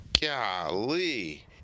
Golly